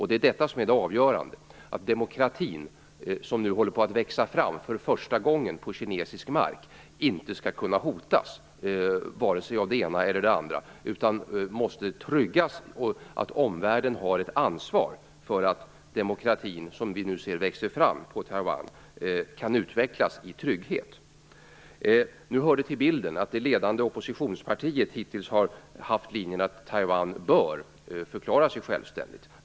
Det avgörande är att den demokrati som nu för första gången håller på att växa fram på kinesisk mark inte skall kunna hotas vare sig av det ena eller det andra utan måste tryggas, och att omvärlden har ett ansvar för att den demokrati som vi nu ser växa fram på Taiwan kan utvecklas i trygghet. Nu hör det till bilden att det ledande oppositionspartiet hittills har följt den linjen att Taiwan bör förklara sig självständigt.